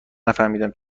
نفهمیدم